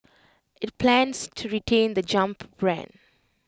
IT plans to retain the jump brand